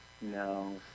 No